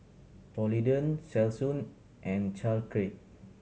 Polident Selsun and Caltrate